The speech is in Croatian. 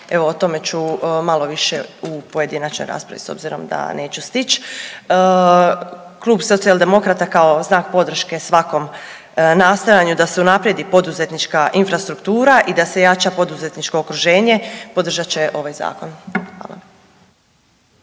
evo o tome ću malo više u pojedinačnoj raspravi s obzirom da neću stići. Klub Socijaldemokrata kao znak podrške svakom nastojanju da se unaprijedi poduzetnička infrastruktura i da se jača poduzetničko okruženje podržati će ovaj zakon.